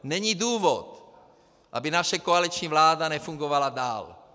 Není důvod, aby naše koaliční vláda nefungovala dál.